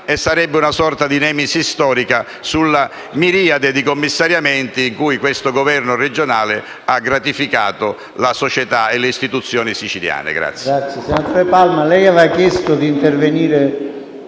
e sarebbe una sorta di nemesi storica sulla miriade di commissariamenti con cui questo governo regionale ha gratificato la società e le istituzioni siciliane. PALMA